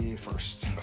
First